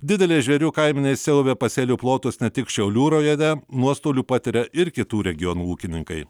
didelė žvėrių kaimenės siaubia pasėlių plotus ne tik šiaulių rajone nuostolių patiria ir kitų regionų ūkininkai